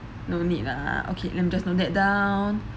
no need ah okay let me just note that down